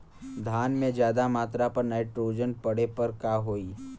धान में ज्यादा मात्रा पर नाइट्रोजन पड़े पर का होई?